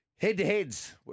Head-to-heads